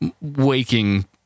waking